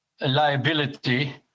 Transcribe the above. liability